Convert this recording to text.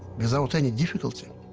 without any difficulty.